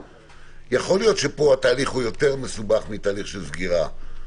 יכול להיות שכאן התהליך הוא יותר מסובך מתהליך של סגירה,